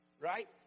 Right